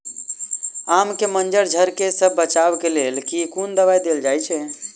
आम केँ मंजर झरके सऽ बचाब केँ लेल केँ कुन दवाई देल जाएँ छैय?